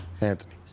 Anthony